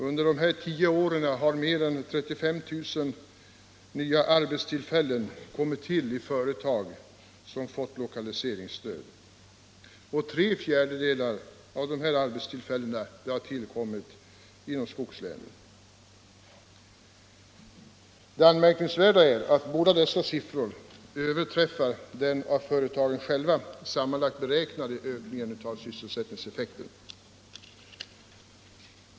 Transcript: Under dessa 10 år har mer än 35 000 nya arbetstillfällen kommit till i företag som fått lokaliseringsstöd. Tre fjärdedelar av dessa arbetstillfällen har tillkommit inom skogslänen. Det anmärkningsvärda är att båda dessa siffror överträffar den av fö retagen själv beräknade sammanlagda ökningen av sysselsättningseffekten.